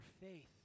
faith